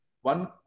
One